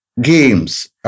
Games